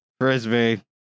Frisbee